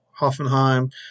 Hoffenheim